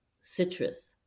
citrus